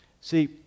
See